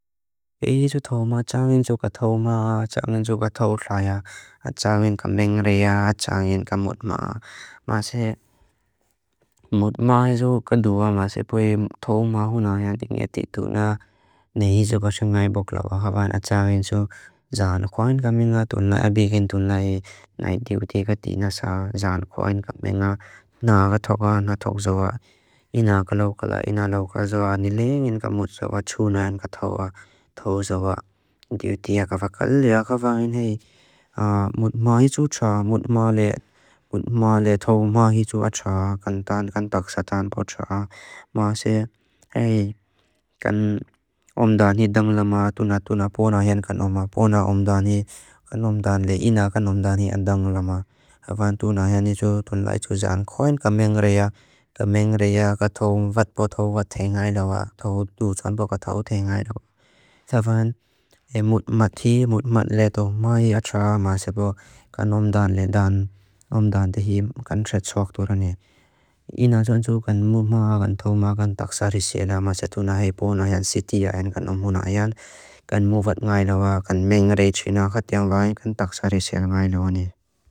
Ihi su tómaa tchángin su ka tómaa, tchángin su ka tó cháyaa, a tchángin ka mengreyaa, a tchángin ka mutmaa. Maase mutmaa isu kaduwaa, maase puei tómaa húnáá yánti nguya tí túnaa. Nihi su ka xungáibók lóbaa habaan a tchángin su zána kóain kaminga tunlái, a bígin tunlái. Náiti utéka tí na sá, zána kóain kaminga. Náa ka tókaa, náa tók zóa. I náa ka lókala, i náa lóka zóa. Ni léngin ka mut zóa, tchúnaa yánti ka tó zóa. I náati utéka ka lókala, i náa ka báin hei. Mutmaa isu tcháa, mutmaa lé, mutmaa lé tó maa isu acháa, kan táan kan táxá táan bó tcháa. Maase hei, kan omdáni dáng lamáa, túnaa túnaa pónáa yánti kan omáa. Pónáa omdáani, kan omdáani lé ináa, kan omdáani yánti dáng lamáa. Habaan túnaa yánti tónlái tó zána kóain ka mengreyaa. Ka mengreyaa, ka tó vatbó tó vatthéi ngái láuá, tó dúzán bó ka tó vatthéi ngái láuá. Habaan mutmaa tí, mutmaa lé tó maa isu acháa, maase hei, kan omdáani lé ndáni, omdáani tí, kan txétsuak tó ráni. I náa zónchú kan mutmáa, kan tóumáa, kan táxá riséi láuá, maase hei, túnaa hei, pónáa yánti tí yáa yánti kan omónáa yánti, kan móvat ngái láuá, kan mengreyaa tónáa ka tó vatthéi ngái, kan táxá riséi láuá ni.